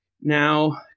Now